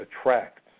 attracts